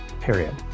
period